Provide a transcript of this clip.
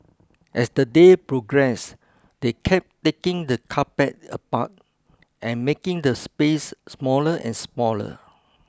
as the day progressed they kept taking the carpet apart and making the space smaller and smaller